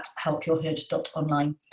helpyourhood.online